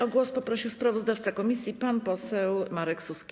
O głos poprosił sprawozdawca komisji pan poseł Marek Suski.